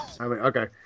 Okay